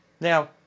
Now